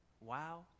Wow